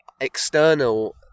external